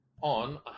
on